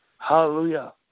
Hallelujah